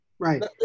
Right